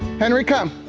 henry, come!